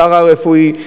פארה-רפואי.